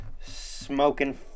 smoking